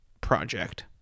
project